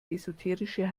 esoterische